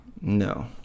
No